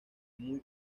muy